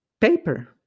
paper